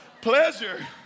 pleasure